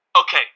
Okay